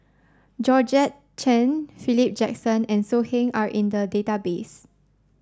Georgette Chen Philip Jackson and So Heng are in the database